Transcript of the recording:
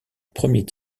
premier